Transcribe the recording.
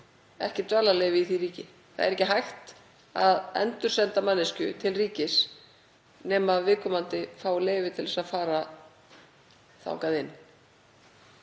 ekki dvalarleyfi í því ríki. Það er ekki hægt að endursenda manneskju til ríkis nema viðkomandi fái leyfi til að fara þangað inn.